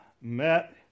met